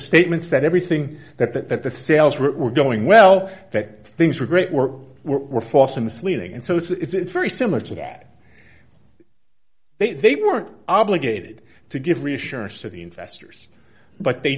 statements that everything that that that the sales were going well that things were great were were false or misleading and so it's very similar to that they they were obligated to give reassurance to the investors but they